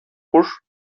куш